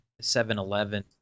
7-Eleven